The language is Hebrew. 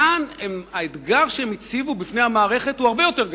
כאן האתגר שהם הציבו בפני המערכת הוא הרבה יותר גדול: